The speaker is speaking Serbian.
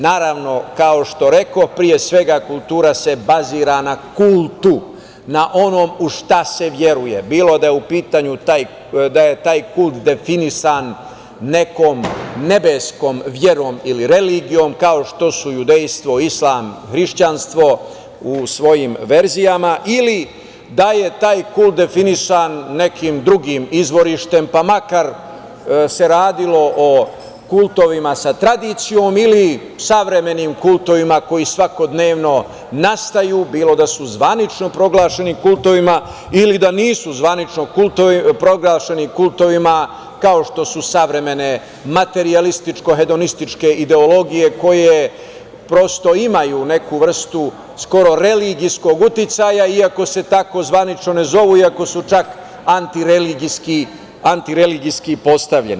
Naravno, kao što rekoh, pre svega, kultura se bazira na kultu, na onom u šta se veruje, bilo da je u pitanju da je taj kult definisan nekom nebeskom verom ili religijom kao što judejstvo, islam, hrišćanstvo u svojim verzijama ili da je taj kult definisan nekim drugim izvorištem, pa makar se radilo o kultovima sa tradicijom ili savremenim kultovima koji svakodnevno nastaju, bilo da su zvanično proglašeni kultovima ili da nisu zvanično proglašeni kultovima, kao što su savremene materijalističko-hedonističke ideologije koje imaju neku vrstu, skoro religijskog uticaja, iako se tako zvanično ne zovu, iako su čak anti-religijski postavljeni.